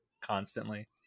constantly